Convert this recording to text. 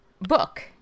book